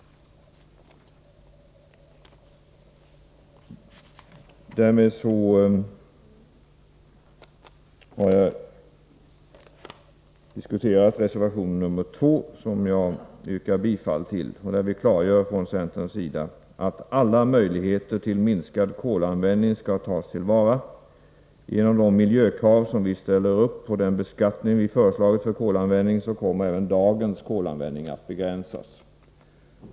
I reservation 2 till näringsutskottets betänkande 44 klargör vi från centerns sida att alla möjligheter till minskning av kolanvändningen skall tas till vara. Genom det miljökrav som vi ställer och den beskattning som vi föreslagit för kolanvändning kommer även dagens kolanvändning att begränsas.